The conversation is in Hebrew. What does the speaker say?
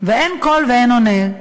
ואין קול ואין עונה.